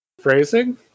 Phrasing